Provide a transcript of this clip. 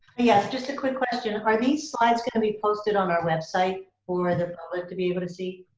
yes, just a quick question, are these slides gonna be posted on our website for the public to be able to see?